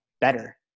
better